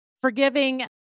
forgiving